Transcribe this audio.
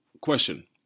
question